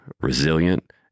resilient